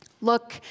Look